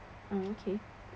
uh okay